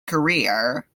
career